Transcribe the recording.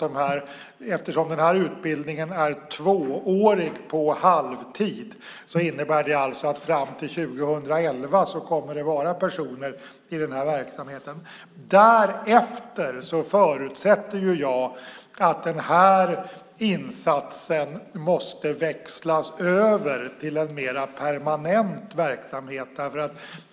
Eftersom den här utbildningen är tvåårig på halvtid innebär det att fram till 2011 kommer det att vara personer i den här verksamheten. Därefter förutsätter jag att den här insatsen måste växlas över till en mer permanent verksamhet.